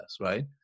right